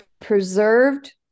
preserved